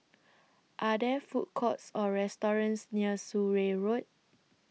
Are There Food Courts Or restaurants near Surrey Road